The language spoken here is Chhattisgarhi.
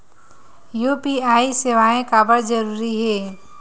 यू.पी.आई सेवाएं काबर जरूरी हे?